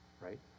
Right